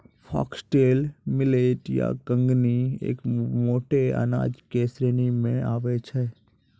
foxtail millet या कंगनी एक मोटो अनाज के श्रेणी मॅ आबै छै